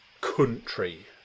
country